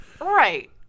Right